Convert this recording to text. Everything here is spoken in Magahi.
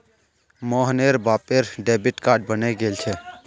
मोहनेर बापेर डेबिट कार्ड बने गेल छे